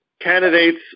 candidates